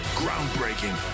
groundbreaking